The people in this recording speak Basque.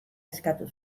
eskatu